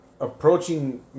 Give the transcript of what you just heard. approaching